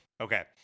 Okay